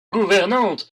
gouvernante